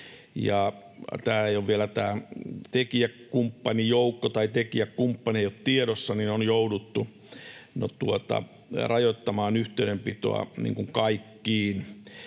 tekijäkumppanijoukko tai tekijäkumppani tiedossa, niin on jouduttu rajoittamaan yhteydenpitoa kaikkiin.